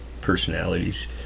personalities